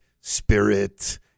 spirit